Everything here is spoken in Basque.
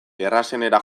errazenera